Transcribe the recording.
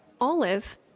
Olive